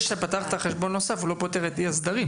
שפתחת חשבון נוסף לא פותרת את אי-הסדרים.